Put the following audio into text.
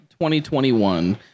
2021